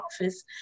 office